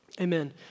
amen